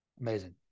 amazing